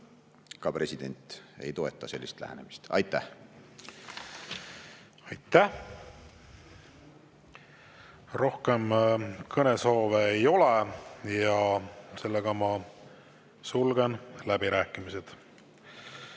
ka president ei toeta sellist lähenemist. Aitäh! Aitäh! Rohkem kõnesoove ei ole ja ma sulgen läbirääkimised.